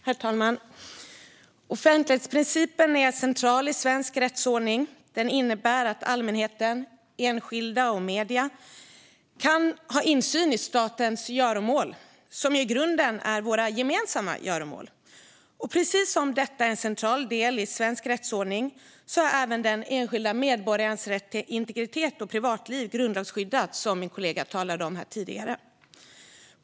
Herr talman! Offentlighetsprincipen är central i svensk rättsordning. Den innebär att allmänheten, enskilda individer och medier kan ha insyn i statens göromål, som ju i grunden är våra gemensamma göromål. Precis som detta är en central del i svensk rättsordning är även den enskilda medborgarens rätt till integritet och privatliv grundlagsskyddad, som min kollega talade om tidigare.